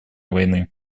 войны